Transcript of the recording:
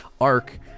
arc